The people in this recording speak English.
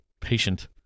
patient